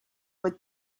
were